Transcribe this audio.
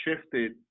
shifted